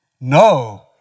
No